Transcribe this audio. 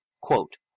quote